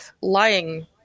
lying